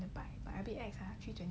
but but a bit ex ah